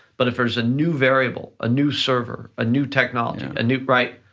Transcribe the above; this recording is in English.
but if there's a new variable, a new server, a new technology, a new, right,